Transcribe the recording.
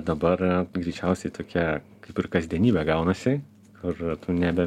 dabar greičiausiai tokia kaip ir kasdienybė gaunasi kut tu nebe